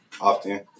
often